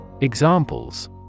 Examples